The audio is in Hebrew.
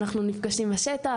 אנחנו נפגשים בשטח,